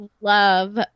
love